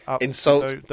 insult